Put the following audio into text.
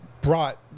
brought